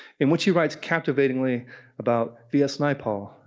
in which he writes captivatingly about vs naipaul,